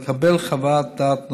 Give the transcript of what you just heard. לקבל חוות דעת נוספת,